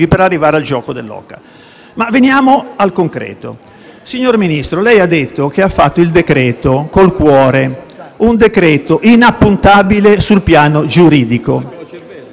per arrivare al gioco dell'oca. Ma veniamo al concreto. Signor Ministro, lei ha detto che ha fatto il decreto-legge con il cuore, un decreto inappuntabile sul piano giuridico.